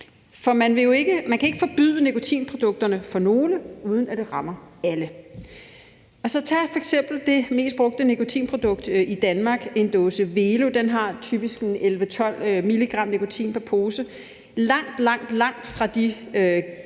For man kan ikke forbyde nikotinprodukterne for nogle, uden at det rammer alle. Tag f.eks. det mest brugte nikotinprodukt i Danmark, nemlig en dåse Velo, som typisk har 11-12 mg nikotin pr. pose, hvad der er langt, langt fra de